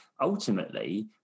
ultimately